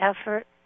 effort